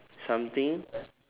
something